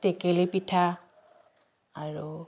টেকেলী পিঠা আৰু